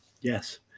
Yes